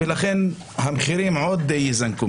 ולכן המחירים מאוד יזנקו.